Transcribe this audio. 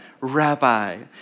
Rabbi